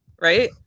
Right